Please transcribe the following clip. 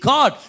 God